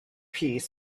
piece